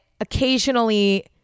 occasionally